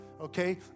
okay